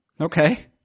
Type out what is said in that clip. Okay